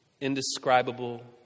indescribable